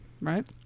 Right